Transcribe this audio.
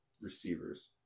receivers